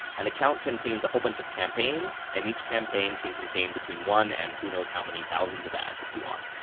an account contains a whole bunch of campaigns, and each campaign can contain between one and who knows how many thousands of ads if you want.